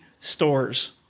stores